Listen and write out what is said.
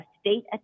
state